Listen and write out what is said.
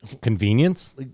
Convenience